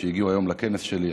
שהגיעו היום לכנס שלי.